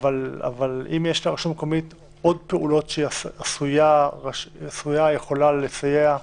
אבל מה אם יש לרשות המקומית עוד פעולות שהיא יכולה לעשות?